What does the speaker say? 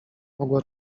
mogła